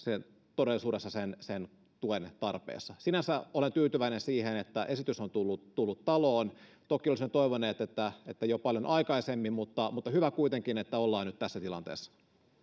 todellisuudessa sen sen tuen tarpeessa sinänsä olen tyytyväinen siihen että esitys on tullut tullut taloon toki olisimme toivoneet että että jo paljon aikaisemmin mutta mutta hyvä kuitenkin että ollaan nyt tässä tilanteessa